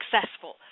successful